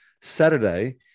Saturday